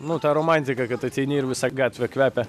nu ta romantika kad ateini ir visa gatvė kvepia